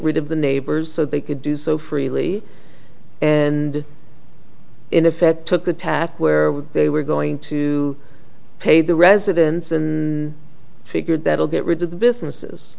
rid of the neighbors so they could do so freely and in effect took a tack where they were going to pay the residents and figured that will get rid of the businesses